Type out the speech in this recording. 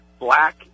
black